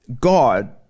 God